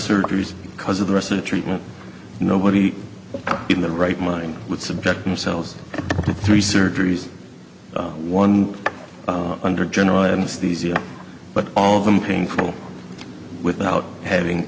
surgeries because of the rest of the treatment nobody in their right mind would subject themselves to three surgeries one under general anesthesia but all of them painful without having